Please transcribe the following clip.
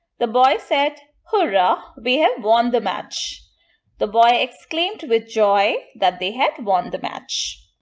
the boy said, hurrah! we have won the match the boy exclaimed with joy that they had won the match.